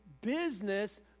business